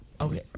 okay